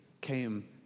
came